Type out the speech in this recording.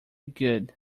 good